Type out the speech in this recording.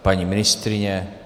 Paní ministryně?